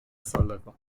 zalewa